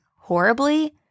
horribly